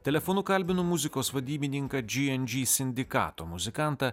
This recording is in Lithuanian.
telefonu kalbinu muzikos vadybininką džy en džy sindikato muzikantą